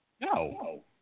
No